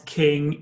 king